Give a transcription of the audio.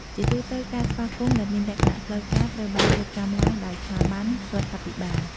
ជាទូទៅការស្វាគមន៍ដែលមានលក្ខណៈផ្លូវការត្រូវបានរៀបចំឡើងដោយ ស្ថាប័ន រដ្ឋាភិបាល។